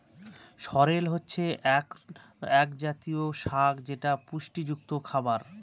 সরেল হচ্ছে এক জাতীয় শাক যেটা পুষ্টিযুক্ত খাবার